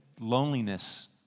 loneliness